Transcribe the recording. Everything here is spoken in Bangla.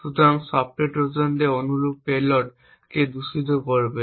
সুতরাং সফ্টওয়্যার ট্রোজানদের অনুরূপ পেলোড কিছু দূষিত করবে